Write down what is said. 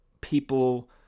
people